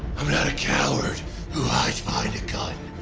i'm not a coward who hides behind a gun.